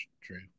true